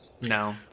no